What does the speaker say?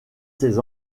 ses